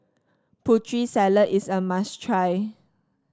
Putri Salad is a must try